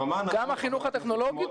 גם בחינוך הטכנולוגי?